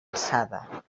alçada